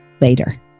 later